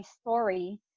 story